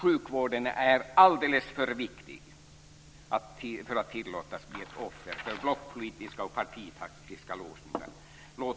Sjukvården är alldeles för viktig för att tillåtas bli ett offer för blockpolitiska och partitaktiska låsningar.